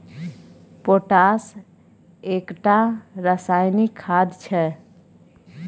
potash एकटा रासायनिक खाद छै